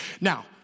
Now